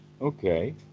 Okay